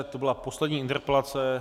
To byla poslední interpelace.